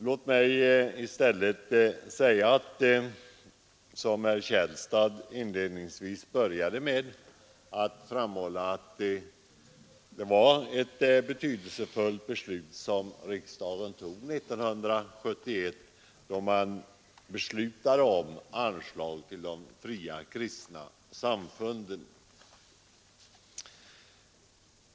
Låt mig i stället framhålla, som herr Källstad började med, att det var ett betydelsefullt beslut som riksdagen fattade år 1971, då man beslutade om anslag till de fria kristna samfunden.